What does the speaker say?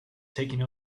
taking